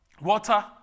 water